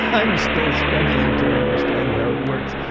i'm still struggling to understand how it works.